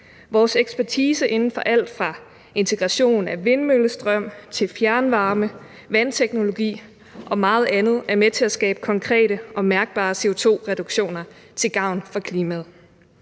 Vores ekspertise inden for alt fra integration af vindmøllestrøm, fjernvarme, vandteknologi og meget andet er med til at skabe konkrete og mærkbare CO2-reduktioner til gavn for klimaet.